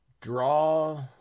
Draw